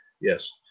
yes